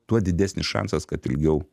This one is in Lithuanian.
tuo didesnis šansas kad ilgiau